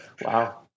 Wow